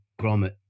grommet